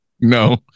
No